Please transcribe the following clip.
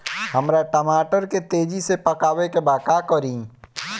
हमरा टमाटर के तेजी से पकावे के बा का करि?